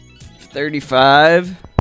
thirty-five